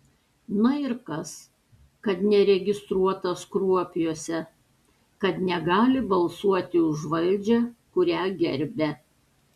na ir kas kad neregistruotas kruopiuose kad negali balsuoti už valdžią kurią gerbia